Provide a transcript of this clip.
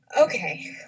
Okay